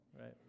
right